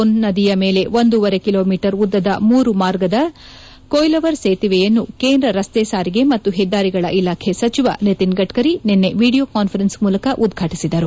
ಬಿಹಾರದ ಸೋನ್ ನದಿಯ ಮೇಲೆ ಒಂದೂವರೆ ಕಿಲೋಮೀಟರ್ ಉದ್ದದ ಮೂರು ಮಾರ್ಗದ ಕೊಯ್ಲ್ವರ್ ಸೇತುವೆಯನ್ನು ಕೇಂದ್ರ ರಸ್ತೆ ಸಾರಿಗೆ ಮತ್ತು ಹೆದ್ದಾರಿಗಳ ಇಲಾಖೆ ಸಚಿವ ನಿತಿನ್ ಗದ್ದ ರಿ ನಿನ್ನೆ ವಿಡಿಯೋ ಕಾನ್ವರೆನ್ಸಿಂಗ್ ಮೂಲಕ ಉದ್ಘಾಟಿಸಿದರು